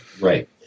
right